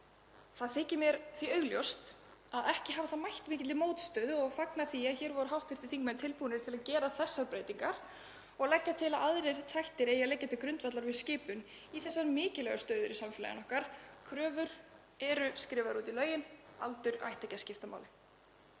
Mér þykir því augljóst að það hafi ekki mætt mikilli mótstöðu og fagna því að hér voru hv. þingmenn tilbúnir til að gera þessar breytingar og leggja til að aðra þætti ætti að leggja til grundvallar við skipun í þessar mikilvægu stöður í samfélagi okkar. Kröfurnar eru skrifaðar út í lögunum og aldur ætti ekki að skipta máli.